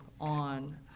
on